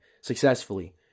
successfully